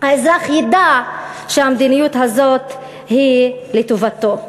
האזרח ידע שהמדיניות הזאת היא לטובתו.